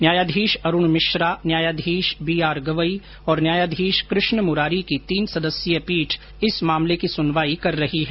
न्यायाधीश अरूण मिश्रा न्यायाधीश B R Gavai और न्यायाधीश कृष्ण मुरारी की तीन सदस्यीय पीठ इस मामले की सुनवाई कर रही है